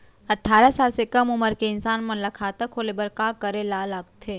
अट्ठारह साल से कम उमर के इंसान मन ला खाता खोले बर का करे ला लगथे?